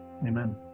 amen